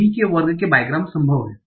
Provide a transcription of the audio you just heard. V के वर्ग के बाईग्राम्स संभव हैं